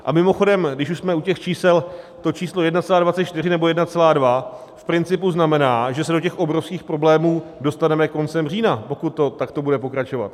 A mimochodem, když už jsme u těch čísel, to číslo 1,24 nebo 1,2 z principu znamená, že se do těch obrovských problémů dostaneme koncem října, pokud to takto bude pokračovat.